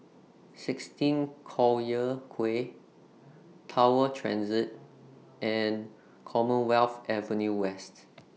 sixteen Collyer Quay Tower Transit and Commonwealth Avenue West